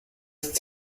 ist